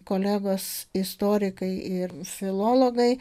kolegos istorikai ir filologai